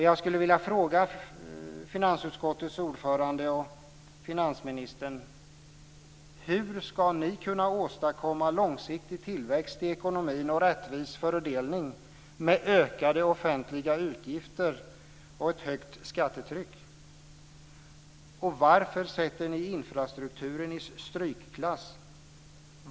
Jag skulle vilja fråga finansutskottets ordförande och finansministern: Hur ska ni kunna åstadkomma långsiktig tillväxt i ekonomin och rättvis fördelning med ökade offentliga utgifter och ett högt skattetryck? Varför sätter ni infrastrukturen i strykklass?